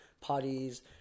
parties